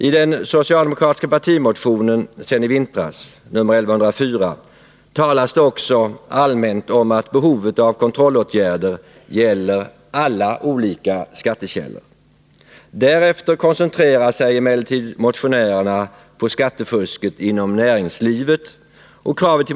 I den socialdemokratiska partimotionen från i vintras, nr 1104, talas det också allmänt om att behovet av kontrollåtgärder gäller alla olika skattekällor. Därefter koncentrerar sig emellertid motionärerna på skattefusket inom näringslivet.